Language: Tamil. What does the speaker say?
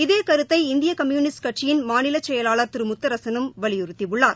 இதே கருத்தை இந்திய கம்பூனிஸ்ட் கட்சியின் மாநிலச் செயலாளா் திரு முத்தரகனும் வலியுறுத்தியுள்ளார்